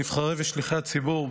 נבחרי ושליחי הציבור,